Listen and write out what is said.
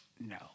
No